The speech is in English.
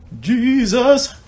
Jesus